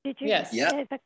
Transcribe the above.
Yes